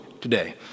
today